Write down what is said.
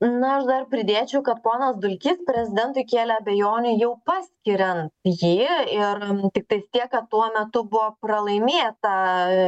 na aš dar pridėčiau kad ponas dulkys prezidentui kėlė abejonių jau paskiriant jį ir tiktais tiek kad tuo metu buvo pralaimėta